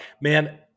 Man